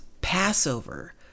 passover